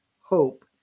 hope